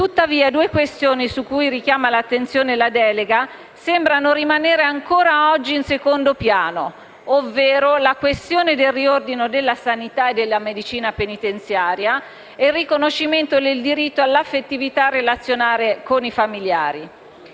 Tuttavia, due questioni su cui richiama l'attenzione la delega sembrano rimanere ancora oggi in secondo piano, ovvero la questione del riordino della sanità e della medicina penitenziaria e il riconoscimento del diritto all'affettività relazionale con i familiari.